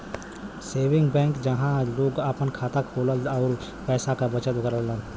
saving bank जहां लोग आपन खाता खोलन आउर पैसा क बचत करलन